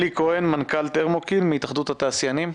אלי כהן, מנכ"ל תרמוקיר, מהתאחדות התעשיינים,